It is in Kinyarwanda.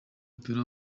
w’umupira